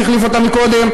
שהחליף אותה קודם,